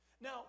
Now